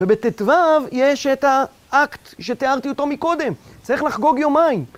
ובט"ו יש את האקט שתיארתי אותו מקודם, צריך לחגוג יומיים.